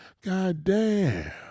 Goddamn